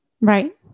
right